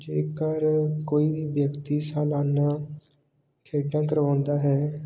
ਜੇਕਰ ਕੋਈ ਵੀ ਵਿਅਕਤੀ ਸਲਾਨਾ ਖੇਡਾਂ ਕਰਵਾਉਂਦਾ ਹੈ